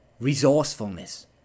resourcefulness